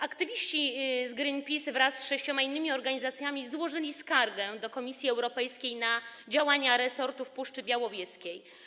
Aktywiści z Greenpeace wraz z sześcioma innymi organizacjami złożyli do Komisji Europejskiej skargę na działania resortów Puszczy Białowieskiej.